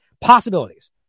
possibilities